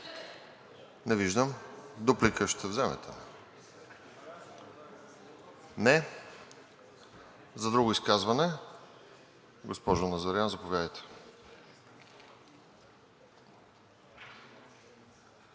Не виждам. Дуплика ще вземете ли? Не. За друго изказване? Госпожо Назарян, заповядайте.